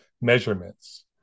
measurements